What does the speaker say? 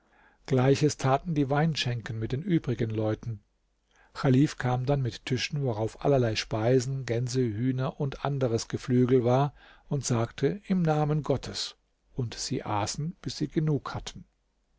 gleiches taten die weinschenken mit den übrigen leuten chalif kam dann mit tischen worauf allerlei speisen gänse hühner und anderes geflügel waren und sagte im namen gottes und sie aßen bis sie genug hatten